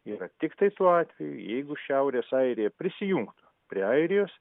yra tiktai tuo atveju jeigu šiaurės airija prisijungtų prie airijos